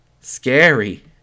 scary